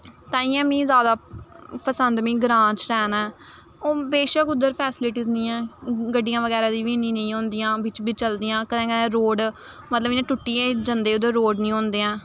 तांइयैं मी जैदा पसंद मी ग्रां च रैह्ना ऐ ओह् बेशक्क उद्धर फैसलिटीस निं हैं गड्डियां बगैरा दी बी इन्नी नेईं होंदियां बिच्च बिच्च चलदियां कदें कदें रोड़ मतलब इ'यां टुट्टी गै जंदे उद्धर रोड़ निं होंदे ऐं